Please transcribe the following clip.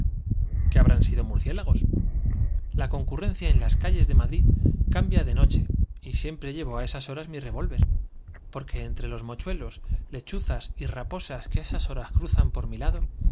que habrán sido murciélagos la en las calles de madrid cambia de noche y siempre entre los mo llevo á esas horas mi revólver porque á esas horas cruzan chuelos lechuzas y raposas que de ojos pasan también lobos y hienas por mi lado